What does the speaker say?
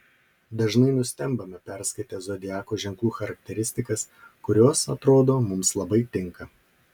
dažnai nustembame perskaitę zodiako ženklų charakteristikas kurios atrodo mums labai tinka